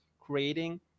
creating